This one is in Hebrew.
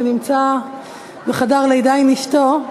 שנמצא בחדר לידה עם אשתו,